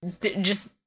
just-